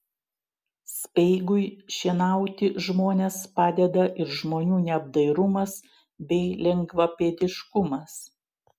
speigui šienauti žmones padeda ir žmonių neapdairumas bei lengvapėdiškumas